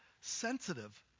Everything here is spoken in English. sensitive